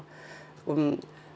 mm